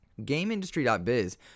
GameIndustry.biz